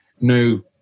no